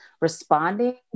responding